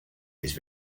his